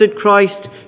Christ